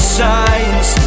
signs